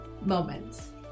moments